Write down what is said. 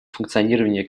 функционирования